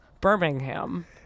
Birmingham